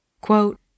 Quote